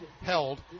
held